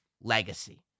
legacy